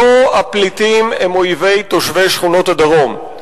לא הפליטים הם אויבי תושבי שכונות הדרום,